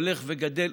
הולך גדל,